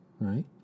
Right